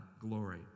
glory